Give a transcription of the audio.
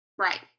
Right